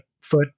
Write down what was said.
foot